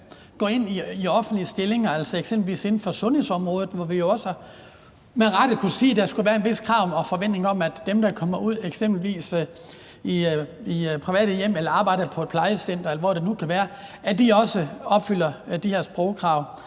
der går ind i offentlige stillinger, eksempelvis inden for sundhedsområdet, hvor vi jo også med rette kunne sige, at der skulle være krav og en vis forventning om, at dem, der kommer ud eksempelvis i private hjem eller arbejder på et plejecenter, eller hvor det nu kan være, også opfylder de her sprogkrav.